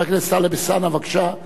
חבר הכנסת טלב אלסאנע, בבקשה.